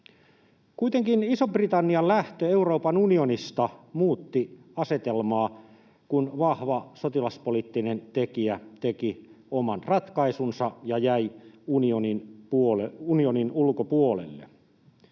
Kuitenkin Ison-Britannian lähtö Euroopan unionista muutti asetelmaa, kun vahva sotilaspoliittinen tekijä teki oman ratkaisunsa ja jäi unionin ulkopuolelle.